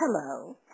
Hello